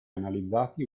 analizzati